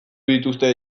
dituzte